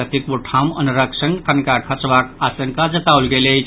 कतेको ठाम अन्हरक संग ठनका खसबाक आशंका जताओल गेल अछि